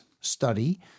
study